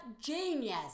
genius